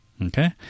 Okay